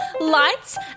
lights